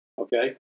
Okay